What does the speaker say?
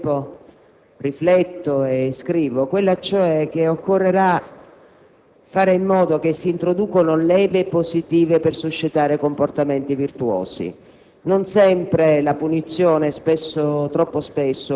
in un momento nel quale a causa delle ristrettezze economiche non è possibile garantire e presidiare bene il territorio con le forze dell'ordine alle quali spesso manca finanche la benzina per andare in giro con le volanti della Polizia di Stato,